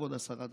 כבוד השרה,